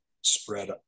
spread